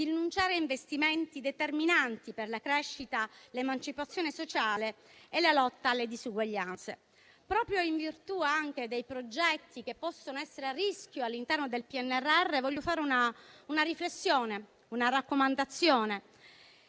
rinunciare a investimenti determinanti per la crescita, l'emancipazione sociale e la lotta alle disuguaglianze. Anche in virtù dei progetti che possono essere a rischio all'interno del PNRR, voglio fare una riflessione e rivolgere una raccomandazione,